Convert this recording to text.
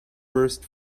burst